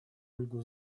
ольгу